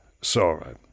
sorrow